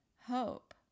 hope